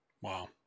Wow